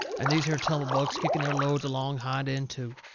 and these here tumble bugs kicking their loads along hind end to.